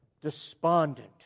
despondent